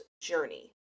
journey